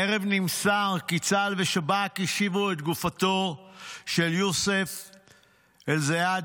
הערב נמסר כי צה"ל ושב"כ השיבו את גופתו של יוסף אל-זיאדנה,